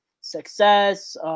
success